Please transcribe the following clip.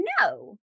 No